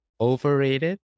overrated